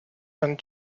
and